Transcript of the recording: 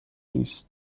نیست